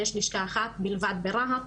יש לשכה אחת בלבד ברהט.